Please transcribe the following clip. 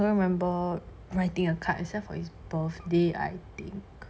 I don't remember writing a card except for his birthday I think